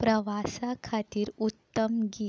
प्रवासा खातीर उत्तम गीत